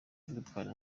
victoire